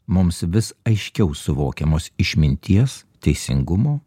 mums vis aiškiau suvokiamos išminties teisingumo